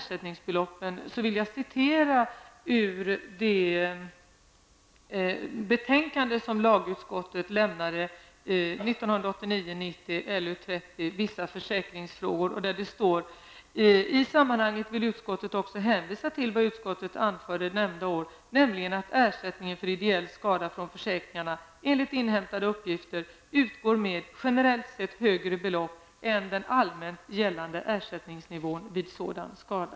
sammanhanget vill utskottet också hänvisa till vad utskottet anförde nämnda år, nämligen att ersättningen för ideell skada från försäkringarna enligt inhämtade uppgifter utgår med generellt sett högre belopp än den allmänt gällande ersättningsnivån vid sådan skada.''